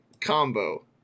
combo